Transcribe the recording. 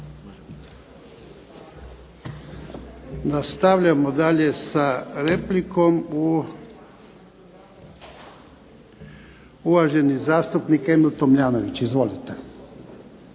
uvaženi zastupnik Željko Jovanović. Izvolite.